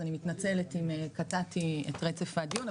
אז אני מתנצלת אם קטעתי את רצף הדיון.